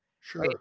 Sure